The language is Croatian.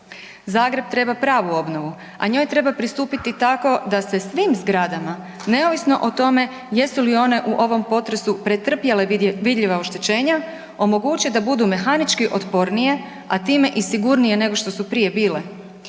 Zagreb treba pravu obnovu a njoj treba pristupiti tako da se svim zgrada neovisno o tome jesu li one u ovom potresu pretrpjele vidljiva oštećenja, omoguće da budu mehanički otpornije a time i sigurnije nego što su prije bile.